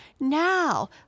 Now